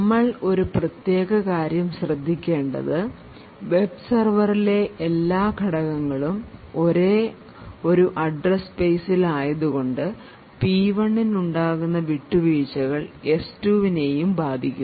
നമ്മൾ ഒരു പ്രത്യേക കാര്യം ശ്രദ്ധിക്കേണ്ടത് വെബ് സെർവറിലെ എല്ലാ ഘടകങ്ങളും ഒരേ ഒരു അഡ്രസ് സ്പേസിൽ ആയതുകൊണ്ട് P1 ന് ഉണ്ടാകുന്ന വിട്ടുവീഴ്ചകൾ S2 നും ബാധിക്കും